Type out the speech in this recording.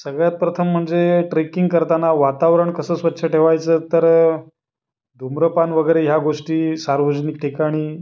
सगळ्यात प्रथम म्हणजे ट्रेकिंग करताना वातावरण कसं स्वच्छ ठेवायचं तर धूम्रपान वगैरे ह्या गोष्टी सार्वजनिक ठिकाणी